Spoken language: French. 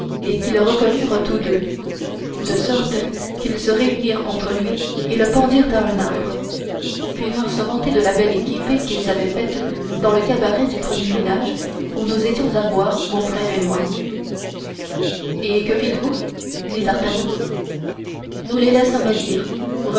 et qui le reconnurent tous deux de sorte qu'ils se réunirent contre lui et le pendirent à un arbre puis ils vinrent se vanter de la belle équipée qu'ils avaient faite dans le cabaret du premier village où nous étions à boire mon frère et moi et que fîtes-vous dit d'artagnan nous les laissâmes dire